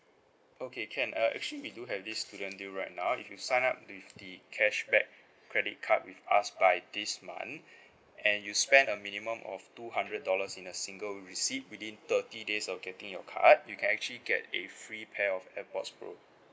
okay can uh actually we do have this student deal right now if you sign up with the cashback credit card with us by this month and you spend a minimum of two hundred dollars in a single receipt within thirty days of getting your card you can actually get a free pair of airpods pro